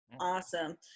Awesome